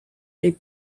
les